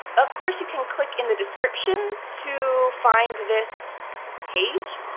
of course, you can click in the description to find this page.